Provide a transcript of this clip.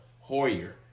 Hoyer